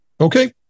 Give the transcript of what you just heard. Okay